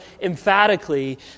emphatically